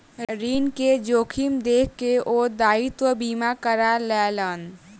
ऋण के जोखिम देख के ओ दायित्व बीमा करा लेलैन